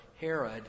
Herod